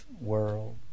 world